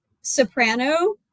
Soprano